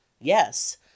Yes